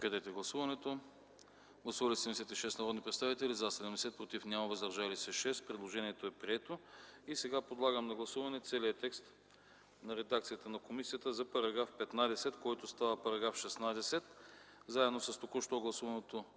Моля, гласувайте. Гласували 76 народни представители: за 70, против няма, въздържали се 6. Предложението е прието. Подлагам на гласуване целия текст на редакцията на комисията за § 15, който става § 16,